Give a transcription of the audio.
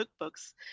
cookbooks